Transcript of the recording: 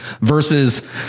versus